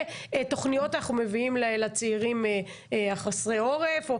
תוכניות אנחנו מביאים לצעירים חסרי העורף.